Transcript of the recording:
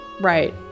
Right